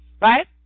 Right